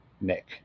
Nick